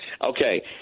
Okay